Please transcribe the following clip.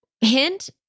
hint